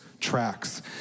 tracks